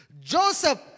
Joseph